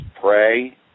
pray